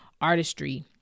artistry